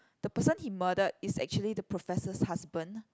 the person he murdered is actually the professor's husband